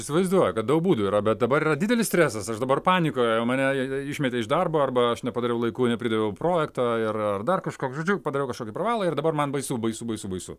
įsivaizduoju kad daug būdų yra bet dabar yra didelis stresas aš dabar panikoj mane išmetė iš darbo arba aš nepadariau laiku nepridaviau projekto ir ar dar kažkoks žodžiu padariau kažkokį pravalą ir dabar man baisu baisu baisu baisu